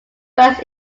first